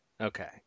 okay